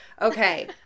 Okay